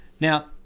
now